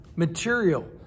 Material